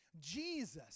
Jesus